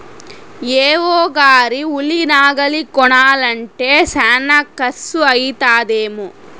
AO గారు ఉలి నాగలి కొనాలంటే శానా కర్సు అయితదేమో